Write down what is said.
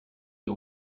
you